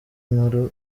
inkuru